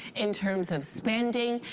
in terms of spending.